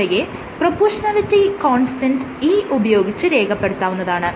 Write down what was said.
ഇവയെ proportionality constant E ഉപയോഗിച്ച് രേഖപെടുത്താവുന്നതാണ്